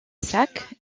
sac